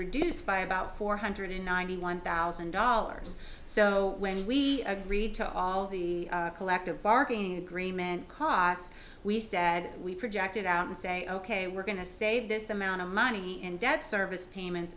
reduced by about four hundred ninety one thousand dollars so when we agreed to all the collective bargaining agreement costs we said we projected out and say ok we're going to save this amount of money and debt service payments